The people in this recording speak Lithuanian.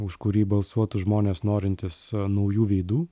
už kurį balsuotų žmonės norintys naujų veidų